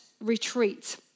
retreat